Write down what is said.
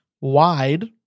wide